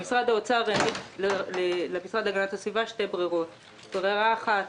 משרד האוצר מעמיד למשרד להגנת הסביבה שתי ברירות: ברירה אחת,